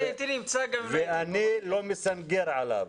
ואני לא מסנגר עליו.